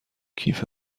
کیف